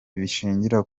bishingira